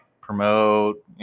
promote